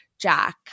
Jack